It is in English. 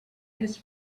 his